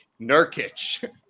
Nurkic